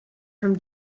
from